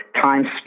time